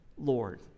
Lord